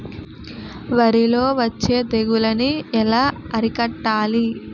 వరిలో వచ్చే తెగులని ఏలా అరికట్టాలి?